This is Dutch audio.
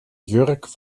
jurk